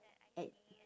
at